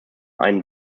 einen